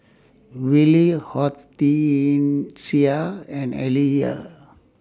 Willie Hortencia and Aaliyah